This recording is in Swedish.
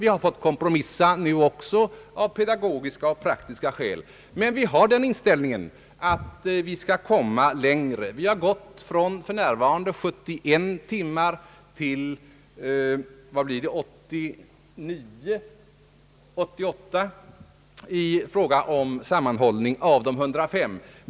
Vi har fått kompromissa nu också av pedagogiska och praktiska skäl, men vi har den inställningen att vi skall komma längre. Vi har gått från f.n. 71 timmar till 88 timmar i fråga om sammanhållningen av de 105.